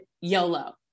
YOLO